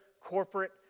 corporate